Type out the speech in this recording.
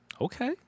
Okay